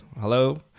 hello